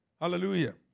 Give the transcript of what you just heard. Hallelujah